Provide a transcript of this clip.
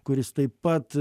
kuris taip pat